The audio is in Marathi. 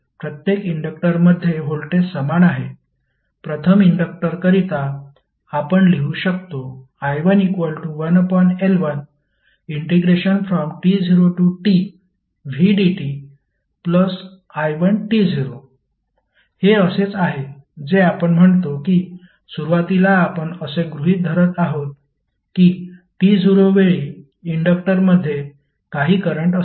प्रत्येक इंडक्टरमध्ये व्होल्टेज समान आहे प्रथम इंडक्टर करिता आपण लिहू शकतो i11L1t0tvdti1t0 हे असेच आहे जे आपण म्हणतो की सुरुवातीला आपण असे गृहित धरत आहोत की t0 वेळी इंडक्टरमध्ये काही करंट असतो